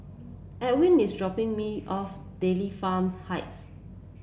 Ewin is dropping me off Dairy Farm Heights